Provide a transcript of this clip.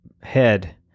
head